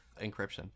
encryption